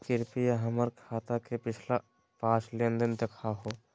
कृपया हमर खाता के पिछला पांच लेनदेन देखाहो